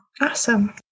awesome